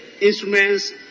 instruments